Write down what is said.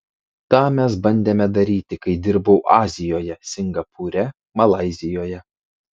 tą mes bandėme daryti kai dirbau azijoje singapūre malaizijoje